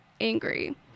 angry